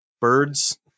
birds